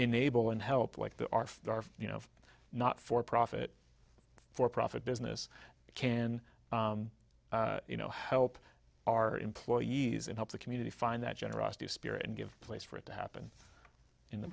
enable and help like the you know not for profit for profit business can you know help our employees and help the community find that generosity of spirit and give place for it to happen in the